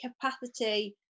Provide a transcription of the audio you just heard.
capacity